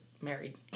married